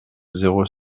zéro